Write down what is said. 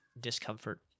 discomfort